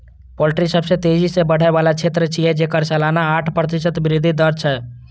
poultry सबसं तेजी सं बढ़ै बला क्षेत्र छियै, जेकर सालाना आठ प्रतिशत वृद्धि दर छै